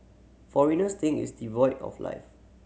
foreigners think it's devoid of life